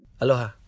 Aloha